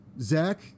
Zach